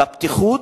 בפתיחות,